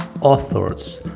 authors